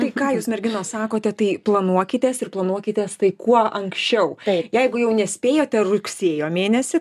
tai ką jūs merginos sakote tai planuokitės ir planuokitės tai kuo anksčiau jeigu jau nespėjote rugsėjo mėnesį